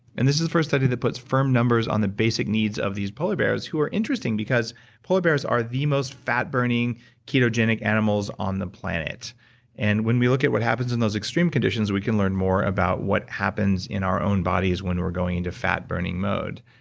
and this is the first study that puts firm numbers on the basic needs of these polar bears, who are interesting because polar bears are the most fat-burning ketogenic animals on the planet and when we look at what happens in those extreme conditions we can learn more about what happens in our own bodies when we're going into fat-burning mode.